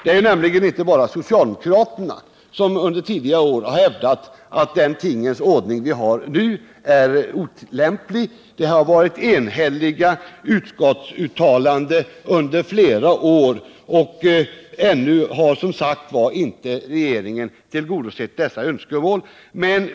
Det är nämligen inte bara socialdemokraterna som under tidigare år har hävdat att den tingens ordning vi har nu är olämplig. Det har varit enhälliga utskottsuttalanden under flera år, men ännu har, som sagt, regeringen inte tillgodosett dessa önskemål.